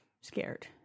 Scared